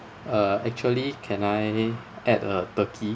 uh actually can I add a turkey